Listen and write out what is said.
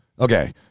Okay